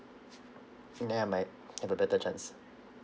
and then I might have a better chance